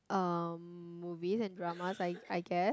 um movies and drama I I guess